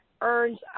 earns